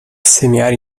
semear